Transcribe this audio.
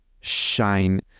shine